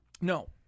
No